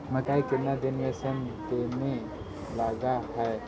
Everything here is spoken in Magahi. मकइ केतना दिन में शन देने लग है?